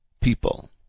people